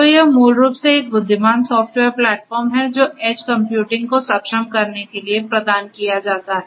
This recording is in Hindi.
तो यह मूल रूप से एक बुद्धिमान सॉफ्टवेयर प्लेटफॉर्म है जो एज कंप्यूटिंग को सक्षम करने के लिए प्रदान किया जाता है